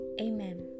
Amen